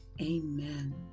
Amen